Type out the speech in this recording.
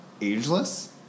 Ageless